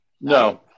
No